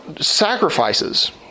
sacrifices